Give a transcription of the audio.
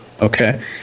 Okay